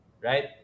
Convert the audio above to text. Right